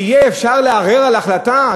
שאפשר יהיה לערער על החלטה.